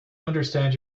understand